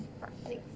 next